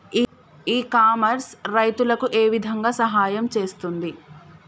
ఇ commerce రైతులకు ఏ విధంగా సహాయం చేస్తుంది?